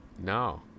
no